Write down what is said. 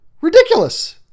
Ridiculous